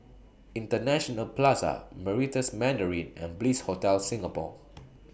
International Plaza Meritus Mandarin and Bliss Hotel Singapore